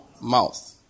Mouth